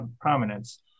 prominence